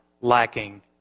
lacking